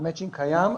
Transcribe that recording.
המצ'ינג קיים,